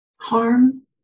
Harm